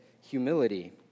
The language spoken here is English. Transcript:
humility